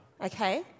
okay